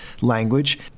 language